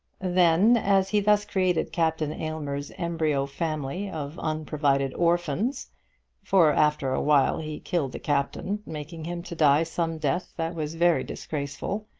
then, as he thus created captain aylmer's embryo family of unprovided orphans for after a while he killed the captain, making him to die some death that was very disgraceful,